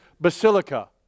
Basilica